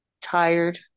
Tired